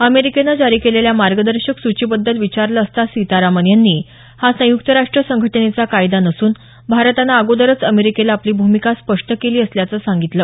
अमेरिकेनं जारी केलेल्या मार्गदर्शक सूचीबद्दल विचारलं असता सीतारामन यांनी हा संयुक्त राष्ट्र संघटनेचा कायदा नसून भारतानं अगोदरच अमेरिकेला आपली भूमिका स्पष्ट केली असल्याचं सांगितलं